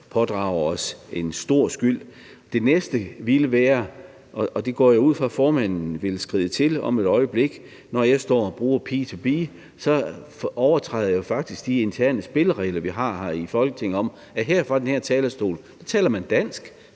pådrager os selv en stor skyld. Det næste ville være – og det går jeg ud fra formanden vil skride til om et øjeblik – at når jeg bruger begrebet P2B, så overtræder jeg faktisk de interne spilleregler, vi har her i Folketinget, om, at fra den her talerstol taler man dansk,